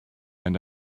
and